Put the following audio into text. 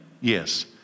Yes